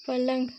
पलंग